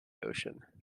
ocean